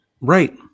Right